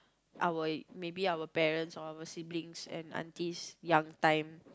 our maybe our parents or our siblings and aunties young time